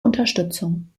unterstützung